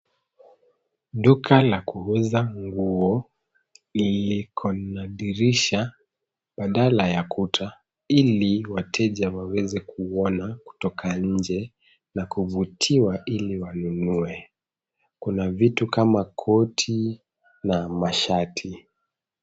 Duka la kuuza nguo, liliko na dirisha badala ya kuta, ili wateja waweze kuona kutoka nje na kuvutiwa ili wanunue. Kuna vitu kama koti na mashati.